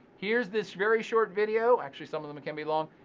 here's this very short video, actually some of them can be long,